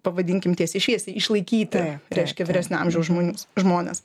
pavadinkim tiesiai šviesiai išlaikyti reiškia vyresnio amžiaus žmonių žmones